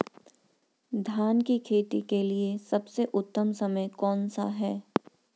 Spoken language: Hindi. धान की खेती के लिए सबसे उत्तम समय कौनसा है?